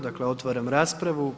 Dakle otvaram raspravu.